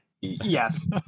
Yes